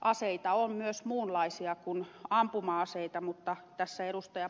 aseita on myös muunlaisia kuin ampuma aseita mutta tässä ed